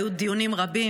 היו דיונים רבים.